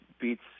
beats